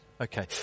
Okay